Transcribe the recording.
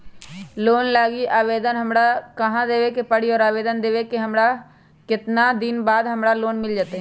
Loan लागी आवेदन हमरा कहां देवे के पड़ी और आवेदन देवे के केतना दिन बाद हमरा लोन मिल जतई?